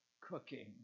cooking